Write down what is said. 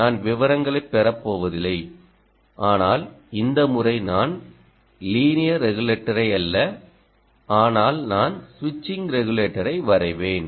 நான் விவரங்களைப் பெறப் போவதில்லை ஆனால் இந்த முறை நான் லீனியர் ரெகுலேட்டரை அல்ல ஆனால் நான் ஸ்விட்சிங் ரெகுலேட்டரை வரைவேன்